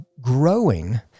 growing